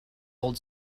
old